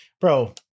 bro